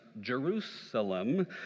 Jerusalem